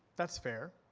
that's fair.